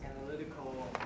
analytical